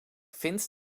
vind